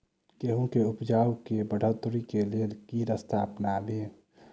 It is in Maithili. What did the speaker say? गेंहूँ केँ उपजाउ केँ बढ़ोतरी केँ लेल केँ रास्ता अपनाबी?